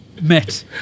met